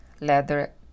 leather